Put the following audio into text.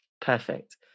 Perfect